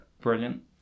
Brilliant